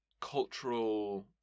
cultural